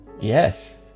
yes